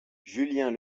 julien